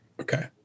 Okay